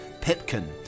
pipkin